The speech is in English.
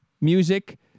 music